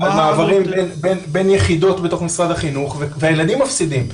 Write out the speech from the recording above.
על מעברים בין יחידות בתוך משרד החינוך והילדים מפסידים.